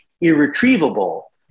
irretrievable